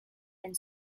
and